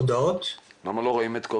אנחנו שולחים הודעות לכולם.